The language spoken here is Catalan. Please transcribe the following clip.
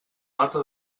data